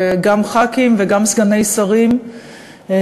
גם חברי כנסת וגם סגני שרים מהקואליציה.